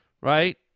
right